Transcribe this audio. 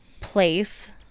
place